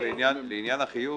לעניין החיוב,